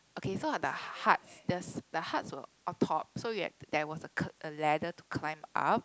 okay so the huts just the huts were on top so you have there was c~ a ladder to climb up